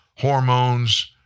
hormones